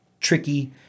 tricky